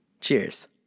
Cheers